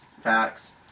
facts